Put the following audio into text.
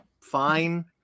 fine